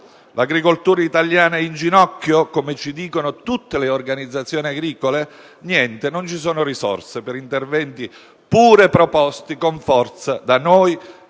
L'agricoltura italiana è in ginocchio, come ci dicono tutti i giorni le organizzazioni agricole? Niente: non ci sono risorse per interventi, pure proposti con forza da noi